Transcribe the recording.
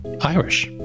Irish